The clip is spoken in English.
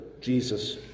Jesus